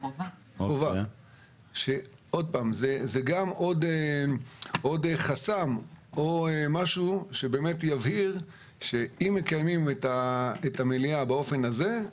זה עוד חסם שבאמת יבהיר שאם מקיימים את המליאה באופן הזה,